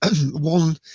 one